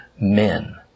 men